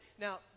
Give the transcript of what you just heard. Now